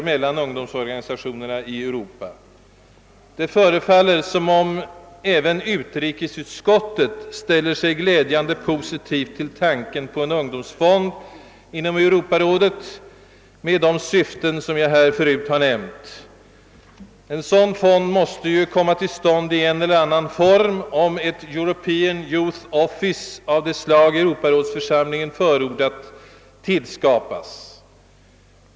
Det förefaller glädjande nog som om även utrikesutskottet ställer sig positivt till tanken på en ungdomsfond inom Europarådet med de syften jag här förut nämnt. En sådan fond måste ju komma till stånd i en eller annan form, om ett »European Youth Office» av det slag europarådsförsamlingen förordat tillskapas.